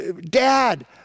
Dad